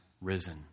risen